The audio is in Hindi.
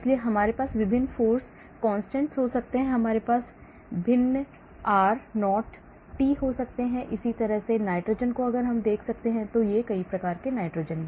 इसलिए आपके पास विभिन्न force constants हो सकते हैं आपके पास भिन्न r 0t मान हो सकते हैं और इसी तरह इस नाइट्रोजन को देख सकते हैं इसलिए कई प्रकार के नाइट्रोजन